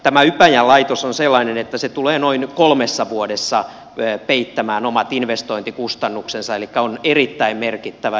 tämä ypäjän laitos on sellainen että se tulee noin kolmessa vuodessa peittämään omat investointikustannuksensa elikkä se on erittäin merkittävä